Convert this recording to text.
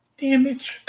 Damage